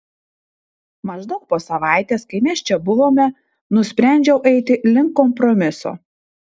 maždaug po savaitės kai mes čia buvome nusprendžiau eiti link kompromiso